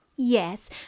Yes